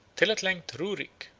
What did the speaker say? till at length ruric,